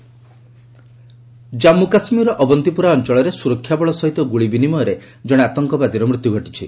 JK killed Jammu କାଶ୍ମୀରର ଅବନ୍ତିପୁରା ଅଞ୍ଚଳରେ ସୁରକ୍ଷାବଳ ସହିତ ଗୁଳି ବିନିମୟରେ ଜଣେ ଆତଙ୍କବାଦୀର ମୃତ୍ୟୁ ଘଟିଛି